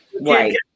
right